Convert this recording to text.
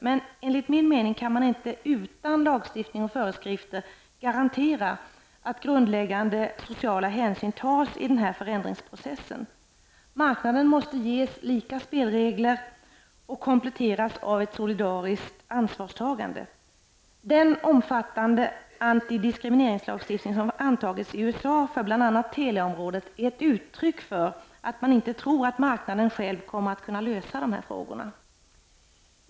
Men enligt min mening kan man inte utan lagstiftning och föreskrifter garantera att grundläggande sociala hänsyn tas i denna förändringsprocess. Marknaden måste ges lika spelregler och kompletteras av ett solidariskt ansvarstagande. Den omfattande antidiskrimineringslagstiftning som har antagits i USA på bl.a. teleområdet är ett uttryck för att man inte tror att marknaden själv kommer att kunna lösa dessa frågor.